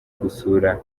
gusura